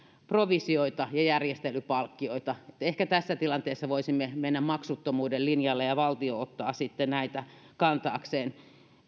provisioita ja järjestelypalkkioita ehkä tässä tilanteessa voisimme mennä maksuttomuuden linjalle ja valtio ottaa sitten näitä kantaakseen